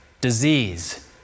disease